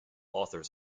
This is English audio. authors